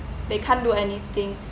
they can't do anything